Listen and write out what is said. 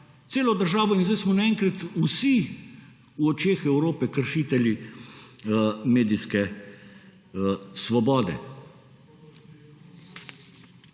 celo državo in sedaj smo naenkrat vsi v očeh Evrope kršitelji medijske svobode.